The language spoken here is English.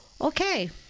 Okay